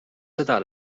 seda